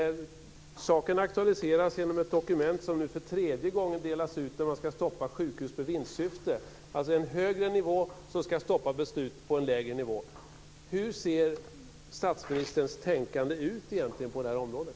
Saken aktualiseras genom ett dokument som nu för tredje gången delas ut och som gäller stopp för sjukhus med vinstsyfte. Där är det fråga om att beslut på en lägre nivå ska stoppas från en högre nivå. Hur ser statsministerns tänkande egentligen ut på det här området?